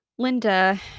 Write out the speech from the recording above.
Linda